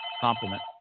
compliment